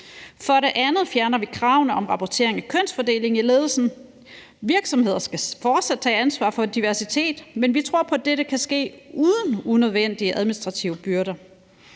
For det andet fjerner vi kravene om rapportering af kønsfordelingen i ledelsen. Virksomhederne skal fortsat tage ansvar for diversiteten, men vi tror på, at dette kan ske uden unødvendige administrative byrder.